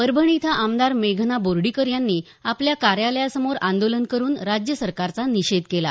परभणी इथं आमदार मेघना बोर्डीकर यांनी आपल्या कार्यालयासमोर आंदोलन करून राज्य सरकारचा निषेध केला